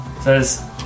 says